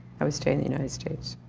i would stay in the united states.